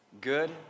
good